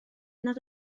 nad